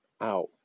out